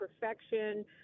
perfection